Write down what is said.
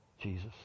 Jesus